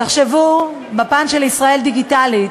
תחשבו בפן של "ישראל דיגיטלית"